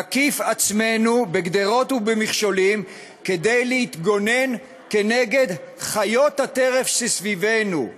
נקיף עצמנו בגדרות ובמכשולים כדי להתגונן כנגד חיות הטרף שסביבנו.